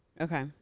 Okay